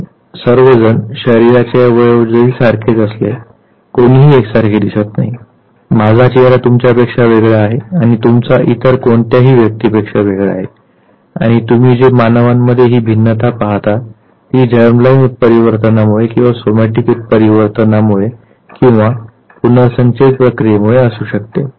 आपण सर्वजण शरीराचे अवयव जरी सारखेच असले कोणीही एकसारखे दिसत नाही माझा चेहरा तुमच्यापेक्षा वेगळा आहे आणि तुमचा इतर कोणत्याही व्यक्तीपेक्षा वेगळा आहे आणि तुम्ही जे मानवांमध्ये ही भिन्नता पाहता ती जर्मलाईन उत्परिवर्तनामुळे किंवा सोमॅटिक उत्परिवर्तनामुळे किंवा पुनर्संचयित प्रक्रियेमुळे असू शकतो